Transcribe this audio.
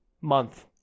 month